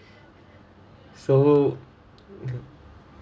so